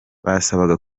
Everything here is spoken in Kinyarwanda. basabaga